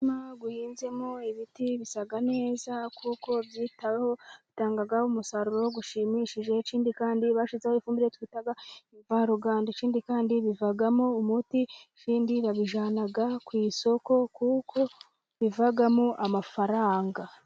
Umurima uhinzemo ibiti bisa neza kuko byitaweho bitanga umusaruro ushimishije, ikindi kandi bashyizeho ifumbire twita imvaruganda, ikindi kandi bivamo umuti, ikindi babijyana ku isoko kuko bivamo amafaranga.